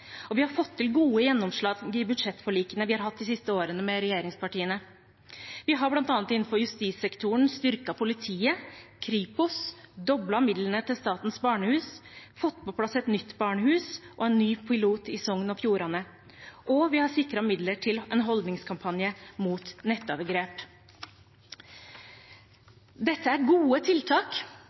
og vi har fått gode gjennomslag i budsjettforlikene vi har hatt med regjeringspartiene de siste årene. Vi har bl.a. innenfor justissektoren styrket politiet og Kripos, doblet midlene til Statens barnehus, fått på plass et nytt barnehus og en ny pilot i Sogn og Fjordane, og vi har sikret midler til en holdningskampanje mot nettovergrep. Dette er gode tiltak,